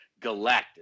Galactus